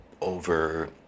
Over